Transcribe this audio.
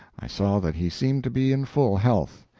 i saw that he seemed to be in full health.